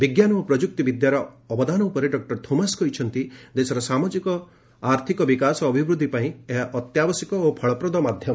ବିଞ୍ଜାନ ଓ ପ୍ରଯୁକ୍ତି ବିଦ୍ୟାର ଅବଦାନ ଉପରେ ଡକ୍ଟର ଥୋମାସ କହିଛନ୍ତି ଦେଶର ସାମାଜିକ ଆର୍ଥିକ ବିକାଶ ଓ ଅଭିବୃଦ୍ଧି ପାଇଁ ଏହା ଅତ୍ୟାବଶ୍ୟକ ଓ ଫଳପ୍ରଦ ମାଧ୍ୟମ